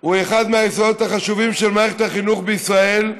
הוא אחד היסודות החשובים של מערכת החינוך בישראל,